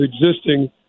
existing